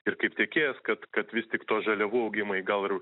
ir kaip tiekėjas kad kad vis tik tos žaliavų augimui gal ir